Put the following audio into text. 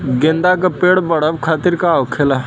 गेंदा का पेड़ बढ़अब खातिर का होखेला?